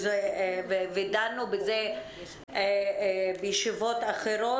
ודנו בזה בישיבות אחרות.